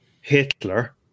Hitler